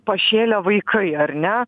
pašėlę vaikai ar ne